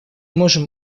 можем